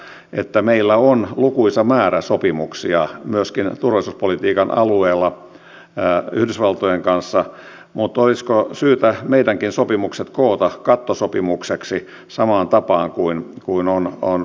on tiedossa että meillä on lukuisa määrä sopimuksia myöskin turvallisuuspolitiikan alueella yhdysvaltojen kanssa mutta olisiko syytä meilläkin sopimukset koota kattosopimukseksi samaan tapaan kuin on ruotsilla